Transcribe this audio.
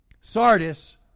Sardis